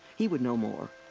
he would know more.